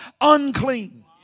unclean